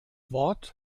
wort